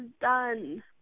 done